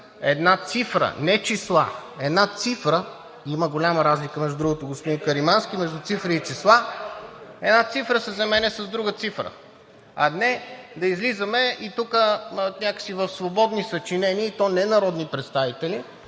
една цифра – не числа, а една цифра – има голяма разлика, между другото, господин Каримански, между цифра и числа – една цифра се заменя с друга цифра. А не да излизаме и тук, някак си в свободни съчинения, и то не народни представители,